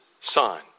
son